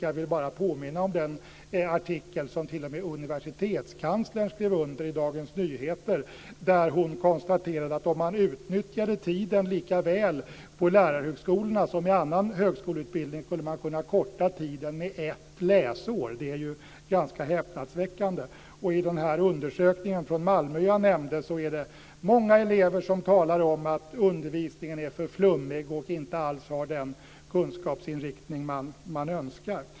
Jag vill bara påminna om den artikel som t.o.m. universitetskanslern skrev under i Dagens Nyheter, där hon konstaterade att om man utnyttjade tiden lika väl på lärarhögskolorna som i annan högskoleutbildning skulle man kunna korta tiden med ett läsår. Det är ganska häpnadsväckande. I den undersökning från Malmö jag nämnde talar också många elever om att undervisningen är för flummig och inte alls har den kunskapsinriktning man önskar.